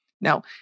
Now